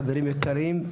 חברים יקרים,